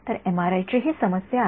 तर एमआरआयची ही समस्या आहे